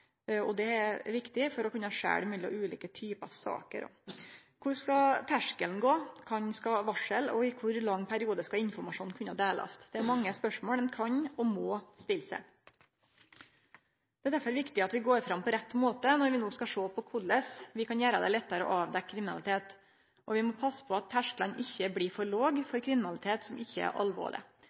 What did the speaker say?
Det er viktig for å kunne skilje mellom ulike typer saker. Kvar skal terskelen gå? Kven skal varsle? Og i kor lang periode skal informasjonen kunne delast? Det er mange spørsmål ein kan og må stille seg. Det er derfor viktig at vi går fram på rett måte når vi no skal sjå på korleis vi kan gjere det lettare å avdekke kriminalitet. Vi må passe på at tersklane ikkje blir for låge for kriminalitet som ikkje er alvorleg.